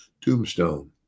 Tombstone